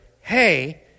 Hey